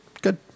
Good